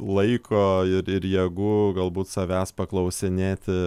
laiko ir ir jėgų galbūt savęs paklausinėti